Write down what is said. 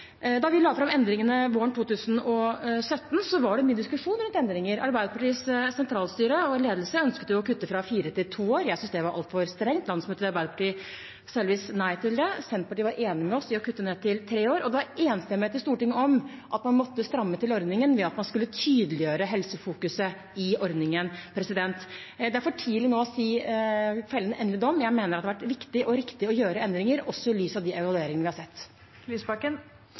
Da vi la fram endringene våren 2017, var det mye diskusjon rundt dem. Arbeiderpartiets sentralstyre og ledelse ønsket å kutte fra fire til to år. Jeg synes det var altfor strengt. Landsmøtet i Arbeiderpartiet sa heldigvis nei til det. Senterpartiet var enig med oss i å kutte ned til tre år, og det var enstemmighet i Stortinget om at man måtte stramme til ordningen ved at man skulle tydeliggjøre helsefokuset i den. Det er for tidlig nå å felle en endelig dom. Jeg mener det har vært viktig og riktig å gjøre endringer også i lys av de evalueringene vi har sett.